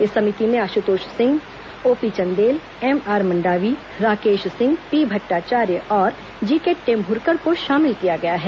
इस समिति में Ashutosh Singh OP Chandel MR Mandavi Rakesh Singh P Bhattacharya और जीके टेम्भुरकर को शामिल किया गया है